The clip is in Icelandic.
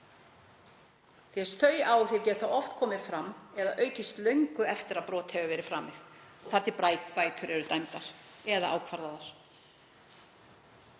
miska, þau áhrif geta oft komið fram eða aukist löngu eftir að brot er framið og þar til bætur eru dæmdar eða ákvarðaðar.